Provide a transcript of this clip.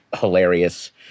hilarious